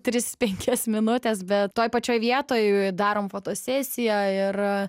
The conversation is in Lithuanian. tris penkias minutes bet toj pačioj vietoj darome fotosesiją ir